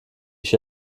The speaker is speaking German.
ich